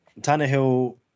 Tannehill